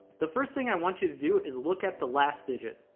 the first thing i want you to do is look at the last digit.